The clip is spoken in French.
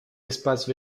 espace